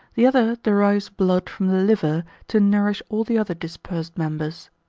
the other derives blood from the liver to nourish all the other dispersed members.